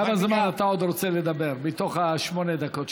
כמה זמן אתה עוד רוצה לדבר מתוך שמונה הדקות,